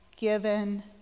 given